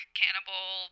cannibal